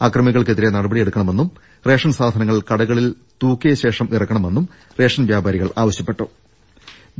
അക്രമികൾക്കെതിരെ നടപടിയെടു ക്കണമെന്നും റേഷൻ സാധനങ്ങൾ കടകളിൽ തൂക്കിയ ശേഷം ഇറക്കണമെന്നും റേഷൻ വ്യാപാരികൾ ആവശ്യപ്പെ ട്ടിട്ടുണ്ട്